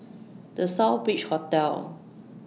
The Southbridge Hotel